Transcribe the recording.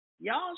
y'all